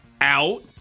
out